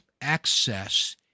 access